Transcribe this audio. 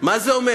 מה זה אומר?